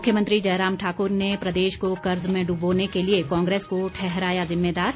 मुख्यमंत्री जयराम ठाकुर ने प्रदेश को कर्ज में डूबोने के लिए कांग्रेस को ठहराया जिम्मेदार